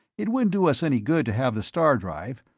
it wouldn't do us any good to have the star-drive.